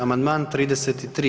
Amandman 33.